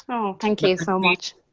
thank you so much.